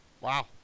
wow